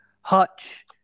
Hutch